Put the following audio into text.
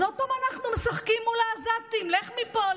אז עוד פעם אנחנו משחקים מול העזתים: לך מפה,